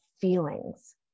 feelings